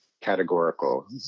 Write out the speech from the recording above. categorical